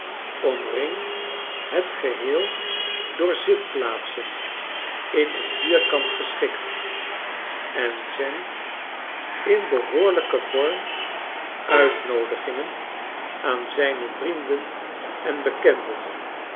omringt het geheel door zitplaatsen in een vierkant geschikt en zendt in behoorlijken vorm uitnoodigingen aan zijne vrienden en bekenden